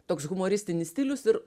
toks humoristinis stilius ir